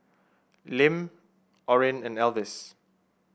Lim Orrin and Elvis